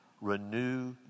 Renew